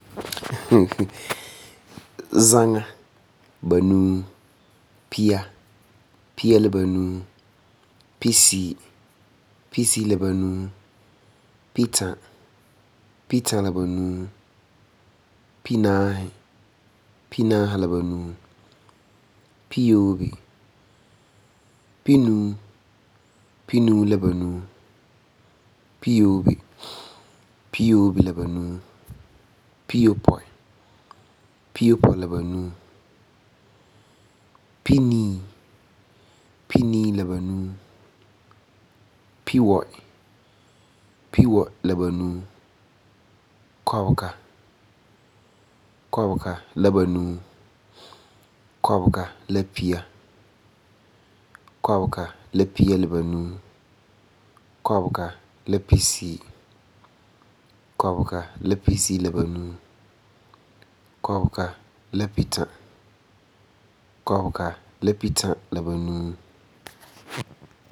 zaŋa, banuu, pia, pia la banuu, piseyi, piseyi la banuu pita, pita banuu, pinaahi, pinaahi la banuu, pinuu, pinuu la banuu, biyoobe, piyoobe la banuu, piyopɔi, piyopɔi la banuu, pinii, piniii la banuu, piwɔ'i, piwɔ'i la banuu, kubega, kube la banuu, kubega la pia la banuu, kubega la pisiyi, kubega la pisiyi la banuu, kubega la pita, kubega la pita la banuu.